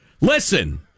Listen